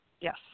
Yes